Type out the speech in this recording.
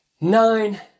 nine